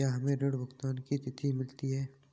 क्या हमें ऋण भुगतान की तिथि मिलती है?